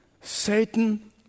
Satan